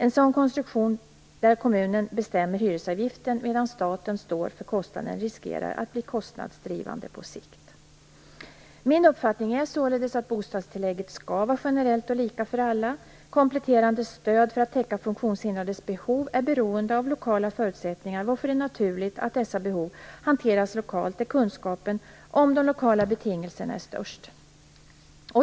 En sådan konstruktion där kommunen bestämmer hyresavgiften medan staten står för kostnaden riskerar att bli kostnadsdrivande på sikt. Min uppfattning är således att bostadstillägget skall vara generellt och lika för alla. Kompletterande stöd för att täcka funktionshindrades behov är beroende av lokala förutsättningar, varför det är naturligt att dessa behov hanteras lokalt där kunskapen om de lokala betingelserna är störst.